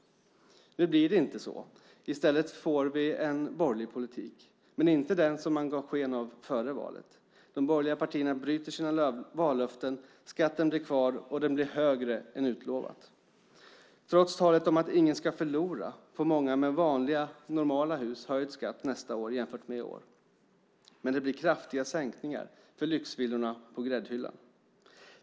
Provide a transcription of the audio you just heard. Nu blir det inte så. I stället får vi en borgerlig politik, men inte den som man gav sken av före valet. De borgerliga partierna bryter sina vallöften - skatten blir kvar, och den blir högre än utlovat. Trots talet om att ingen ska förlora får många med vanliga normala hus höjd skatt nästa år jämfört med i år, men det blir kraftiga sänkningar för lyxvillorna på gräddhyllan.